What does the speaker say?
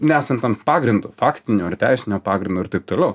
nesant tam pagrindo faktinio ir teisinio pagrindo ir taip toliau